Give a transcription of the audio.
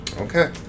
Okay